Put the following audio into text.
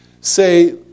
say